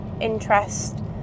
interest